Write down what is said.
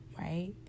right